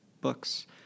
books